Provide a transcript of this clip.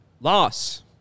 loss